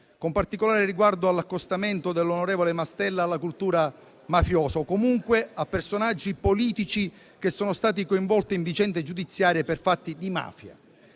con particolare riguardo all'accostamento dell'onorevole Mastella alla cultura mafiosa o comunque a personaggi politici che sono stati coinvolti in vicende giudiziarie per fatti di mafia.